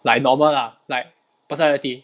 like normal lah like personality